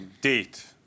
date